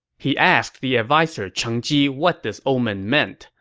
he asked the adviser cheng ji what this omen meant,